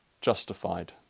justified